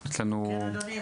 אדוני,